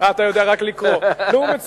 אני לא יודע לשלוח, אבל יודע רק לקרוא.